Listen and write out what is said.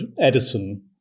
Edison